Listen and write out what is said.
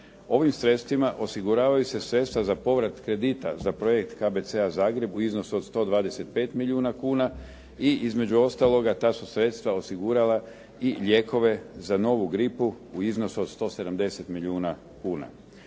Ovim sredstvima osiguravaju se sredstva za povrat kredita za projekt KBC-a Zagreb u iznosu od 125 milijuna kuna i između ostaloga ta su sredstva osigurala i lijekove za novu gripu u iznosu od 170 milijuna kuna.